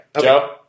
Joe